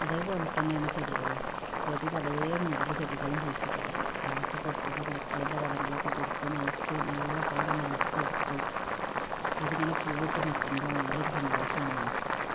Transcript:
അതേപോലെ തന്നെയാണ് ചെടികളും ചെടി പല മോഡല് ചെടികളും കുഴിച്ചിട്ടുണ്ട് അതിനൊക്കെ കൊടുക്കേണ്ട നേരത്ത് അതിൻ്റെ വളമൊക്കെ കൊടുത്ത് നനച്ച് നല്ലത് പോലെ നനച്ച് കൊടുത്ത് അത് അങ്ങനെ പൂവിട്ട് നിൽക്കുമ്പോൾ നല്ലൊരു സന്തോഷാണ് മനസ്സിന്